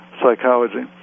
psychology